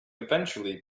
eventually